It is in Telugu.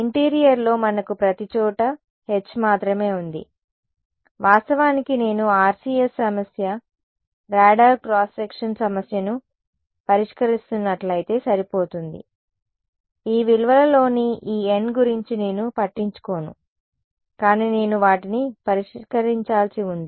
ఇంటీరియర్లో మనకు ప్రతిచోటా H మాత్రమే ఉంది వాస్తవానికి నేను RCS సమస్య రాడార్ క్రాస్ సెక్షన్ సమస్యను పరిష్కరిస్తున్నట్లయితే సరిపోతుంది ఈ విలువలలోని ఈ n గురించి నేను పట్టించుకోను కానీ నేను వాటిని పరిష్కరించాల్సి ఉంది